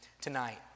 tonight